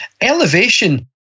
elevation